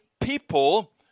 people